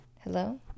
Hello